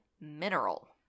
mineral